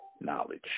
knowledge